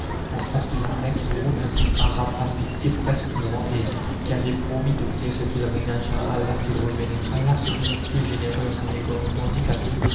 en face de la mecque mourut un pauvre arabe amnistié presque mourant et qui avait promis d'offrir ce pèlerinage à allah s'il revenait allah se montre peu généreux à son égard tandis qu'à nous